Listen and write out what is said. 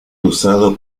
usado